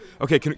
Okay